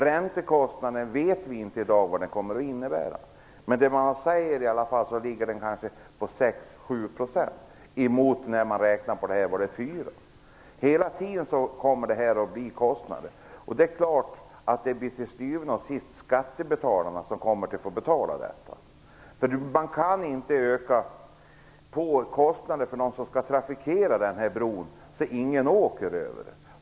Vi vet inte dag vad räntekostnaden kommer att innebära. Men man säger i alla fall att den kommer att ligga på 6-7 % jämfört med 4 % som det var när man började räkna på detta. Det kommer hela tiden att bli ytterligare kostnader. Det är klart att det till syvende och sist blir skattebetalarna som får betala detta. Man kan inte öka på kostnaderna för dem som skall trafikera bron, så att ingen åker över den.